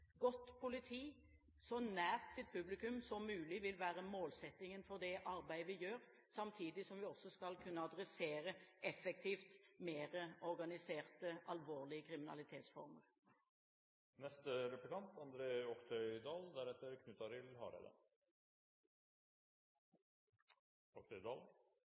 Godt politi så nært sitt publikum som mulig vil være målsettingen for det arbeid vi gjør, samtidig som vi også skal kunne effektivt adressere